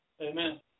Amen